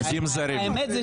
עובדים זרים.